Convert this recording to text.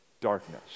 darkness